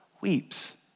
weeps